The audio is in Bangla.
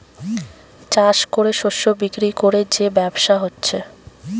চাষ কোরে শস্য বিক্রি কোরে যে ব্যবসা হচ্ছে